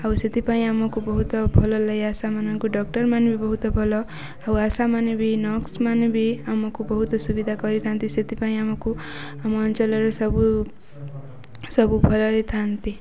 ଆଉ ସେଥିପାଇଁ ଆମକୁ ବହୁତ ଭଲ ଲାଗେ ଆଶା ମାନଙ୍କୁ ଡକ୍ଟର ମାନେ ବି ବହୁତ ଭଲ ଆଉ ଆଶା ମାନେ ବି ନର୍ସ ମାନେ ବି ଆମକୁ ବହୁତ ସୁବିଧା କରିଥାନ୍ତି ସେଥିପାଇଁ ଆମକୁ ଆମ ଅଞ୍ଚଳରେ ସବୁ ସବୁ ଭଲରେ ଥାନ୍ତି